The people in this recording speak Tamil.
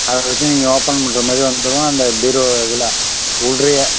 அதை வச்சு நீங்கள் ஓப்பன் பண்ணுற மாதிரி வந்துடும் அந்த பீரோ இதில் உள்ளேயே